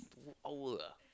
two hour ah